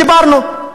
דיברנו.